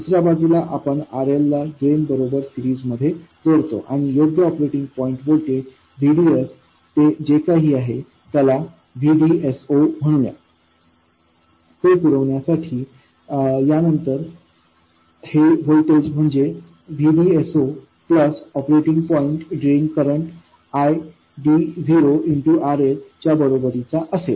दुसर्या बाजूला आपण RLला ड्रेन बरोबर सिरीज मध्ये जोडतो आणि योग्य ऑपरेटिंग पॉईंट व्होल्टेज VDS ते जे काही आहे त्याला VDS0म्हणूया ते पुरवण्यासाठी या नंतर हे व्होल्टेज म्हणजेVDS0 plus operating point drain current ID0RL च्या बरोबरीचा असेल